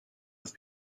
with